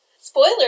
Spoiler